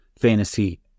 fantasy